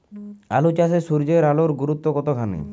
আলু চাষে সূর্যের আলোর গুরুত্ব কতখানি?